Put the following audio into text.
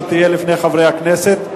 שתהיה לפני חברי הכנסת,